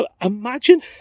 Imagine